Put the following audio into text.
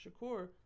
Shakur